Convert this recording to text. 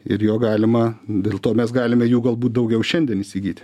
ir jo galima dėl to mes galime jų galbūt daugiau šiandien įsigyti